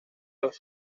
los